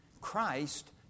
Christ